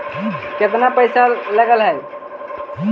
केतना पैसा लगय है?